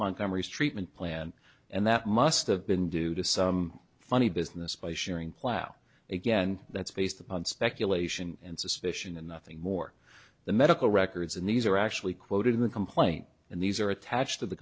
montgomery's treatment plan and that must have been due to some funny business by sharing plan again that's based upon speculation and suspicion and nothing more the medical records and these are actually quoted in the complaint and these are attached to the